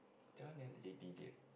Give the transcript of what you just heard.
macam mana nak jadi D_J eh